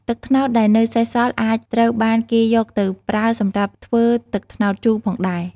ទឹកត្នោតដែលនៅសេសសល់អាចត្រូវបានគេយកទៅប្រើសម្រាប់ធ្វើទឹកត្នោតជូរផងដែរ។